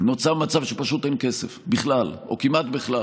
נוצר מצב שפשוט אין כסף בכלל, או כמעט בכלל.